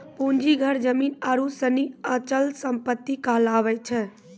पूंजी घर जमीन आरु सनी अचल सम्पत्ति कहलावै छै